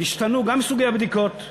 השתנו גם סוגי הבדיקות,